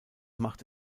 macht